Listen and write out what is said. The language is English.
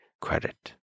credit